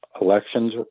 elections